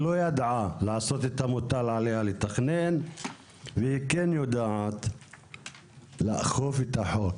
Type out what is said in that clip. היא לא ידעה לעשות את המוטל עליה לתכנן והיא כן יודעת לאכוף את החוק,